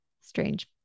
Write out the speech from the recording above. strange